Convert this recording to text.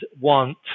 want